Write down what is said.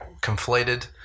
conflated